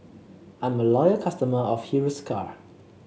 I'm a loyal customer of Hiruscar